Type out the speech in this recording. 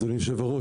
אדוני יושב הראש,